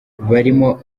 barimo